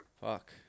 Fuck